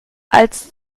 als